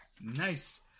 nice